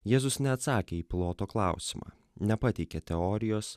jėzus neatsakė į piloto klausimą nepateikė teorijos